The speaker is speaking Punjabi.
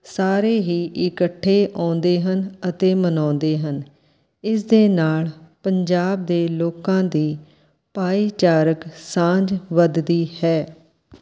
ਸਾਰੇ ਹੀ ਇਕੱਠੇ ਆਉਂਦੇ ਹਨ ਅਤੇ ਮਨਾਉਂਦੇ ਹਨ ਇਸ ਦੇ ਨਾਲ਼ ਪੰਜਾਬ ਦੇ ਲੋਕਾਂ ਦੀ ਭਾਈਚਾਰਕ ਸਾਂਝ ਵੱਧਦੀ ਹੈ